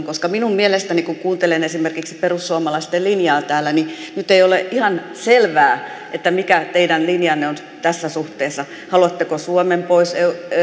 koska minun mielestäni kun kuuntelen esimerkiksi perussuomalaisten linjaa täällä nyt ei ole ihan selvää mikä teidän linjanne on tässä suhteessa haluatteko suomen pois